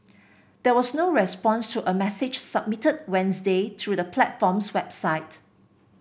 there was no response to a message submitted Wednesday through the platform's website